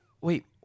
Wait